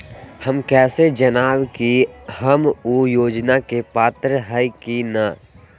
हम कैसे जानब की हम ऊ योजना के पात्र हई की न?